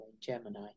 Gemini